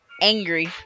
angry